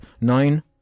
Nine